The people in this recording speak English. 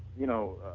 you know,